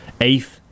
eighth